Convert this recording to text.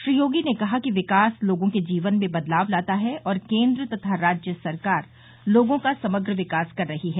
श्री योगी ने कहा कि विकास लोगों के जीवन में बदलाव लाता है और केन्द्र तथा राज्य सरकार लोगों का समग्र विकास कर रही है